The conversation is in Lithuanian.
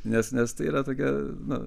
nes nes tai yra tokia nu